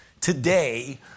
today